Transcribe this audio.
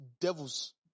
devils